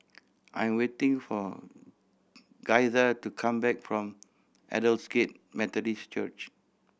I am waiting for Gaither to come back from Aldersgate Methodist Church